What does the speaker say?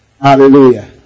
Hallelujah